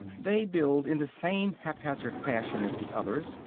they build in the same haphazard fashion as the others,